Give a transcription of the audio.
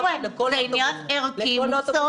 זה עניין ערכי מוסרי.